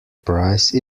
price